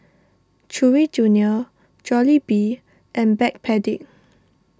Chewy Junior Jollibee and Backpedic